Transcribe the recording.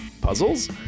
puzzles